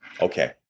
Okay